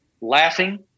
laughing